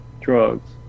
drugs